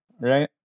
right